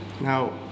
Now